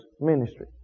ministry